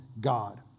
God